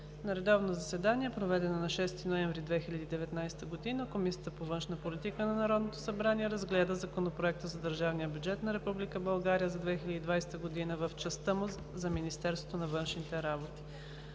На редовно заседание, проведено на 6 ноември 2019 г., Комисията по външна политика на Народното събрание разгледа Законопроекта за държавния бюджет на Република България за 2020 г. в частта му за Министерството на външните работи.